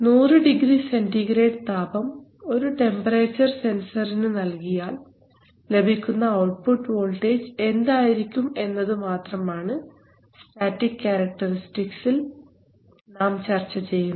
100 degree centigrade താപം ഒരു temperature സെൻസറിനു നൽകിയാൽ ലഭിക്കുന്ന ഔട്ട്പുട്ട് വോൾട്ടേജ് എന്തായിരിക്കും എന്നതു മാത്രമാണ് സ്റ്റാറ്റിക് ക്യാരക്ടറിസ്റ്റിക്സ് ഇൽ നാം ചർച്ച ചെയ്യുന്നത്